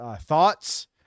thoughts